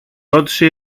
ρώτησε